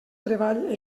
treball